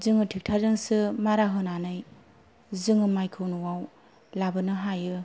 जोङो ट्रेकटारजोंसो मारा होनानै जोङो माइखौ न'आव लाबोनो हायो